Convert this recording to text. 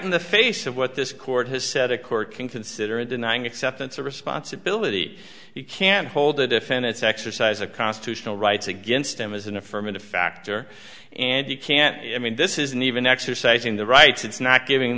in the face of what this court has said a court can consider in denying acceptance of responsibility you can hold a defendant's exercise a constitutional rights against him as an affirmative factor and he can't i mean this isn't even exercising the rights it's not giving